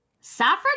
Saffron